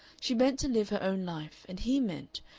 she meant to live her own life, and he meant,